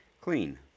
clean